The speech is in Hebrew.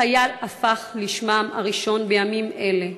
"חייל" הפך לשמם הראשון בימים אלה.